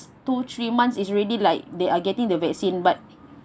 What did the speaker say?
two three months is already like they are getting the vaccine but